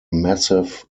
massif